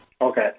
Okay